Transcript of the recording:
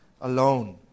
alone